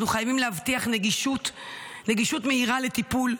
אנחנו חייבים להבטיח נגישות מהירה לטיפול,